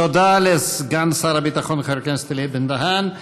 תודה לסגן שר הביטחון חבר הכנסת אלי בן-דהן.